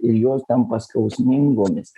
ir jos tampa skausmingomis